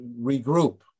regroup